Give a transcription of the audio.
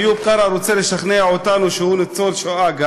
איוב קרא רוצה לשכנע אותנו שהוא ניצול השואה,